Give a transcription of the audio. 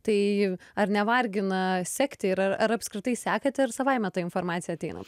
tai ar nevargina sekti ir ar apskritai sekate ar savaime ta informacija ateina